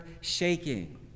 shaking